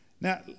Now